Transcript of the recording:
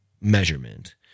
measurement